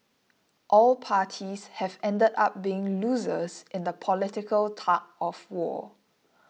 all parties have ended up being losers in the political tug of war